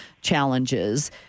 challenges